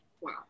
wow